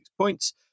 points